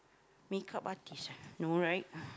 makeup artist ah no right